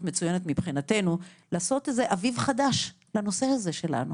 מצוינת מבחינתנו לעשות איזה "אביב חדש" לנושא הזה שלנו